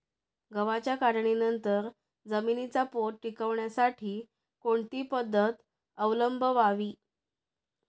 गव्हाच्या काढणीनंतर जमिनीचा पोत टिकवण्यासाठी कोणती पद्धत अवलंबवावी?